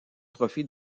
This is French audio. trophée